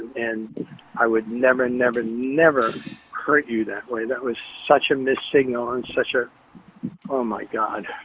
and i would never, never, never hurt you that way. that was such a missed signal and such a oh, my god